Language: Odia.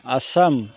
ଆସାମ